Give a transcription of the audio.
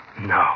No